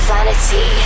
Vanity